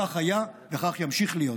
כך היה וכך ימשיך להיות.